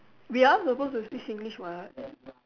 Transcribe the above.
we are supposed to speak English what